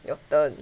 your turn